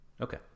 Okay